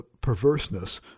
perverseness